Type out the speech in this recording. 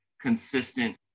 consistent